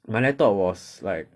my laptop was like